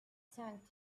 thanked